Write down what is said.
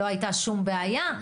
לא הייתה שום בעיה,